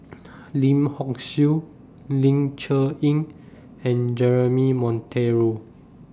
Lim Hock Siew Ling Cher Eng and Jeremy Monteiro